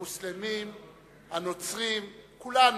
המוסלמים, הנוצרים, כולנו.